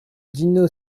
dino